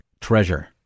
treasure